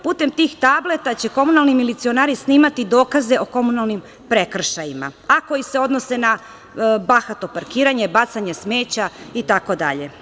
Putem tih tableta će komunalni milicionari snimati dokaze o komunalnim prekršajima, a koji se odnose na bahato parkiranje, bacanje smeća, itd.